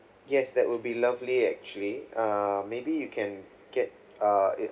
yes that would be lovely actually err maybe you can get a eh